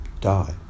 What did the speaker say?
die